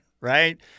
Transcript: right